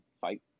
fight